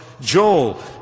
Joel